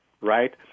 right